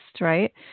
right